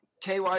KY